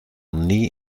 nie